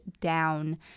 down